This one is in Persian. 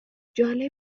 جالب